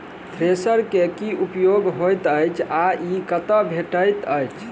Thresher केँ की उपयोग होइत अछि आ ई कतह भेटइत अछि?